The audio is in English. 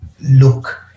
look